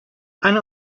anne